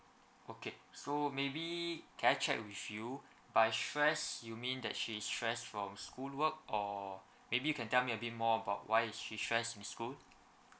okay so maybe can I check which you by stress you mean that she stress from school work or maybe you can tell me a bit more about why is she stress in school